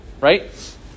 Right